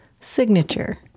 signature